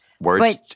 Words